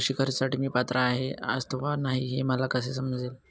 कृषी कर्जासाठी मी पात्र आहे अथवा नाही, हे मला कसे समजेल?